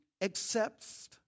accepts